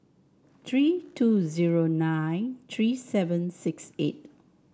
three two zero nine three seven six eight